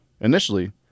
Initially